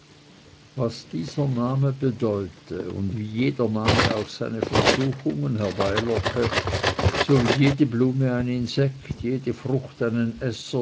was dieser name bedeute und wie jeder name auch seine versuchungen herbeilocke so wie jede blume ein insekt jede frucht einen